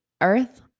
earth